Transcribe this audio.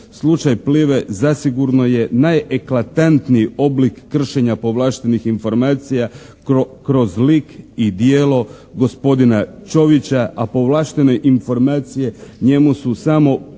Slučaj Plive zasigurno je najeklatantniji oblik kršenja povlaštenih informacija kroz lik i djelo gospodina Ćovića, a povlaštene informacije njemu su samo